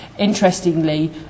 Interestingly